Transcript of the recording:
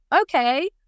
okay